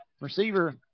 Receiver